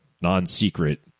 non-secret